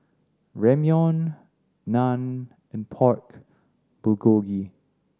Ramyeon Naan and Pork Bulgogi